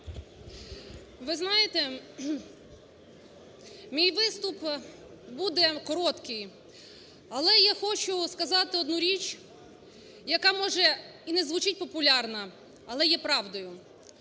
Ви знаєте, мій виступ буде короткий. Але я хочу сказати одну річ, яка, може, і не звучить популярно, але є правдою.